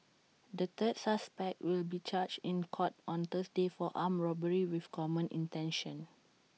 the third suspect will be charged in court on Thursday for armed robbery with common intention